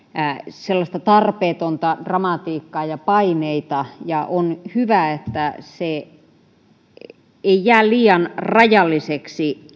sellaista tarpeetonta dramatiikkaa ja paineita ja on hyvä että eivät jää liian rajallisiksi